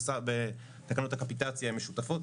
ובתקנות הקפטיציה הן משותפות,